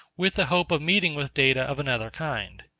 with the hope of meeting with data of another kind.